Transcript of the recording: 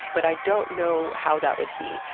but i don't know how that would be.